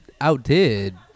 outdid